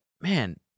man